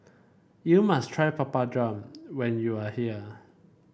you must try Papadum when you are here